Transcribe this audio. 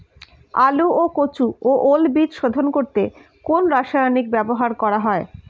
আলু ও কচু ও ওল বীজ শোধন করতে কোন রাসায়নিক ব্যবহার করা হয়?